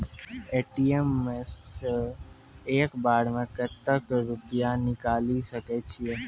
ATM सऽ एक बार म कत्तेक रुपिया निकालि सकै छियै?